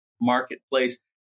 marketplace